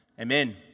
Amen